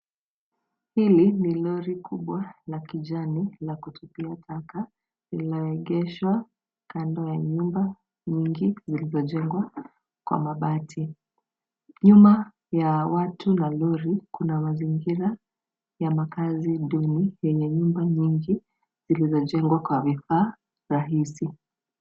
Hili ni lori kubwa la kijani la kutupia taka, laegeshwa kando ya nyumba nyingi zilizojengwa kwa mabati. Nyuma ya watu na lori, kuna mazingira ya makazi duni yenye nyumba nyingi zilizojengwa kwa vifaa rahisi.